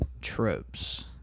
tropes